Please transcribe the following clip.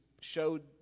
showed